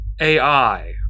AI